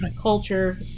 culture